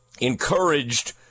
encouraged